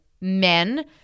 men